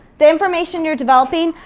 the information you're developing,